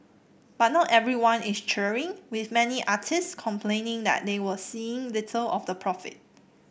but not everyone is cheering with many artists complaining that they are seeing little of the profit